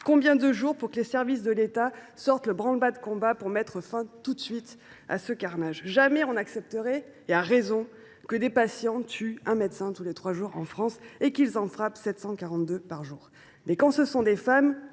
il de jours pour que les services de l’État déclarent le branle bas de combat pour mettre fin tout de suite à ce carnage ? Jamais on n’accepterait, et à juste raison, que des patients tuent un médecin tous les trois jours et qu’ils en frappent 742 par jour ! Mais, quand ce sont des femmes